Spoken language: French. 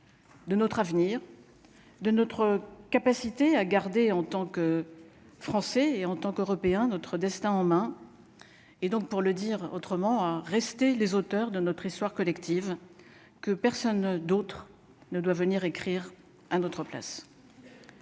de notre avenir, de notre capacité à garder en tant que Français et en tant qu'Européen, notre destin en main et donc pour le dire autrement, rester les auteurs de notre histoire collective que personne d'autre ne doit venir écrire à notre place.